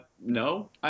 no